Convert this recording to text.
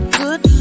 good